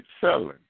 selling